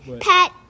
Pat